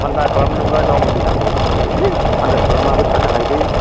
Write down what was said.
थान्दा खालामनोब्ला गावनि देहाखौ इसे आन्दास खालामनानैबो थानो हायो लै